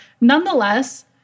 nonetheless